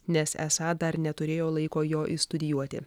nes esą dar neturėjo laiko jo išstudijuoti